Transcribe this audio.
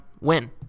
win